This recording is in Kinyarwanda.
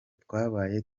twabaye